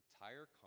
entire